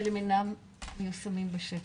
אבל הם אינם מיושמים בשטח.